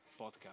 podcast